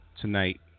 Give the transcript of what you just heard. Tonight